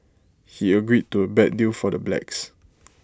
he agreed to A bad deal for the blacks